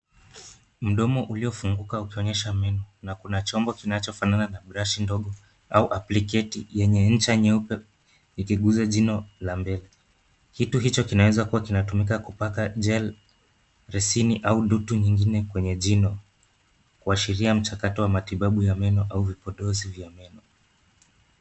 Mdomo uliofunguka ukionyesha meno, na kuna chombo kinachofanana na brush ndogo au apliketi yenye ncha nyeupe ikiguza jino la mbele. Kitu hicho kinaweza kuwa kinatumika kupaka gel , resini au dutu nyingine kwenye jino. Kuashiria mchakato wa matibabu ya meno au vipodozi vya meno.